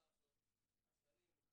אמרתי באחד הדיונים,